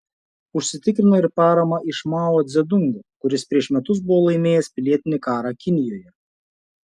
užsitikrino ir paramą iš mao dzedungo kuris prieš metus buvo laimėjęs pilietinį karą kinijoje